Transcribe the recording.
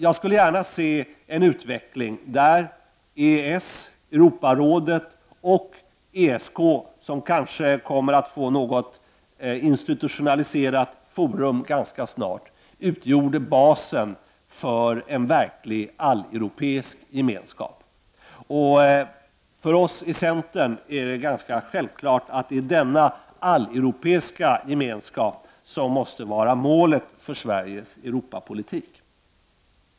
Jag skulle gärna se en utveckling där EES, Europarådet och ESK, som kanske kommer att få något institutionaliserat forum ganska snart, utgjorde basen för en verklig alleuropeisk gemenskap. För oss i centern är det ganska självklart att det är denna alleuropeiska gemenskap som måste vara målet för Sveriges Europapolitik.